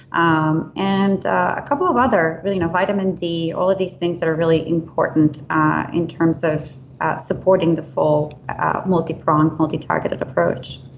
um and a couple of other, you know vitamin d, all of these things that are really important in terms of supporting the full multi-pronged multi-targeted approach.